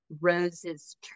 Rose's